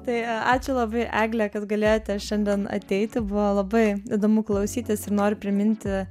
tai ačiū labai egle kad galėjote šiandien ateiti buvo labai įdomu klausytis ir noriu priminti